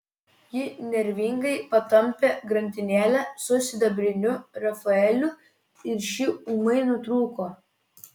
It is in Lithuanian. ji nervingai patampė grandinėlę su sidabriniu rafaeliu ir ši ūmai nutrūko